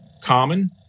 Common